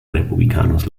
republicanos